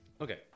Okay